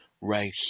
right